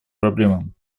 проблемам